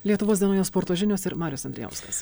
lietuvos dienoje sporto žinios ir marius andrijauskas